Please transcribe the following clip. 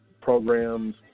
programs